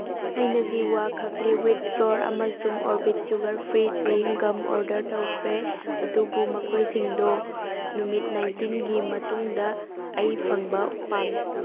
ꯑꯩꯅ ꯖꯤꯋꯥ ꯈꯞꯂꯤ ꯋꯤꯠ ꯐ꯭ꯂꯣꯔ ꯑꯃꯁꯨꯡ Orbit sugar free chewing gum order ꯇꯧꯈ꯭ꯔꯦ ꯑꯗꯨꯕꯨ ꯃꯈꯣꯏꯁꯤꯡꯗꯣ ꯅꯨꯃꯤꯠ ꯅꯥꯏꯟꯇꯤꯟꯒꯤ ꯃꯇꯨꯡꯗ ꯑꯩ ꯐꯪꯕ ꯄꯥꯝꯃꯤ